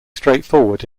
straightforward